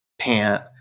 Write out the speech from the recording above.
pant